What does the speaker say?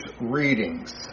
readings